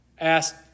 asked